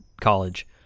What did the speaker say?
college